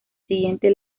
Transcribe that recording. siguiente